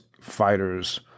fighters